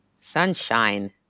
Sunshine